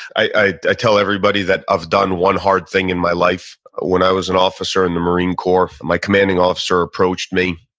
i i tell everybody that i've done one hard thing in my life. when i was an officer in the marine corps and my commanding officer approached me,